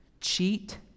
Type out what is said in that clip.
cheat